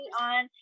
on